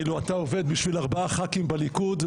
אתה עובד בשביל ארבעה חברי כנסת בליכוד,